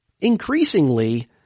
Increasingly